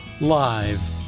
live